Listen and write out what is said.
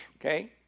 okay